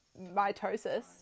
mitosis